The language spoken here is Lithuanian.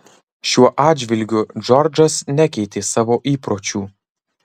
šiuo atžvilgiu džordžas nekeitė savo įpročių